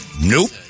Nope